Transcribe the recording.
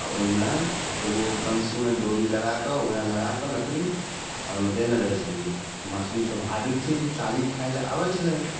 आ ओहिमे एगो बनसीमे डोरी लगाकऽ ओहए लगाकऽ लकड़ी आ ओहिमे देने रहै छलियै मछली स्वभाविक छै जे चाली खाइ लै आबैत छलै